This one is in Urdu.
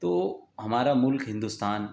تو ہمارا ملک ہندوستان